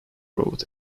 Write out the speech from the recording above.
road